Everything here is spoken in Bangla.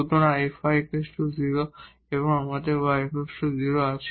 সুতরাং fy 0 আমাদের y 0 আছে